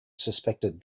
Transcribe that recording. suspected